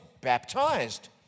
baptized